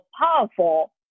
powerful